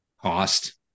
cost